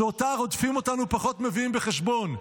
"שאותה הרודפים אותנו פחות מביאים בחשבון,